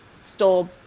stole